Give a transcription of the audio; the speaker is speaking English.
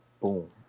boom